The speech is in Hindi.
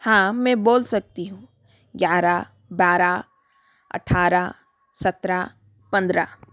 हाँ मैं बोल सकती हूँ ग्यारह बारह अट्ठरह सत्रह पंद्रह